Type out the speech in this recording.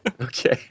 Okay